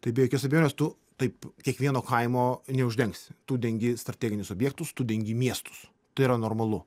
tai be jokios abejonės tu taip kiekvieno kaimo neuždengsi tu dengi strateginius objektus tų dengi miestus tai yra normalu